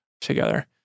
together